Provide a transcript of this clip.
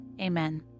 Amen